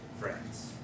friends